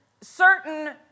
certain